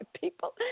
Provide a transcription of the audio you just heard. people